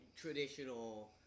traditional